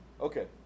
Okay